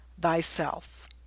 thyself